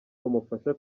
bamufasha